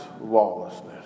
lawlessness